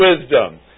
wisdom